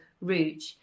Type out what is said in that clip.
route